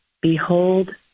Behold